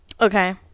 Okay